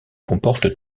comporte